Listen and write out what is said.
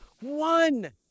one